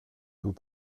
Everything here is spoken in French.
vous